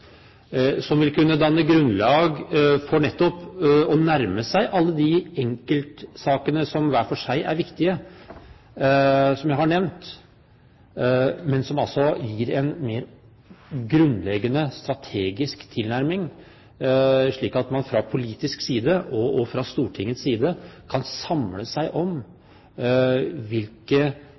som vil kunne danne grunnlag for nettopp det å nærme seg alle de enkeltsakene som hver for seg er viktige – som jeg har nevnt – men som også gir en mer grunnleggende strategisk tilnærming, slik at man fra politisk side, og også fra Stortingets side, kan samle seg om hvilken innsats, hvilke ressurser, hvilken ansvarsfordeling og hvilke